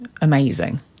amazing